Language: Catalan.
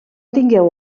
tingueu